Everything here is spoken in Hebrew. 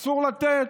אסור לתת,